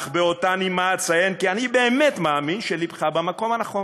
ובאותה נימה אציין כי אני באמת מאמין שלבך במקום הנכון.